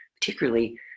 particularly